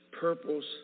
purples